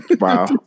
Wow